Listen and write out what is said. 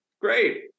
great